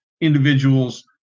individuals